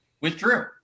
withdrew